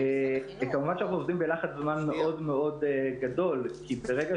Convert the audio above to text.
כמובן שאנחנו עובדים בלחץ זמן מאוד מאוד גדול כי ברגע